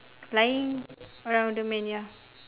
flying around the man ya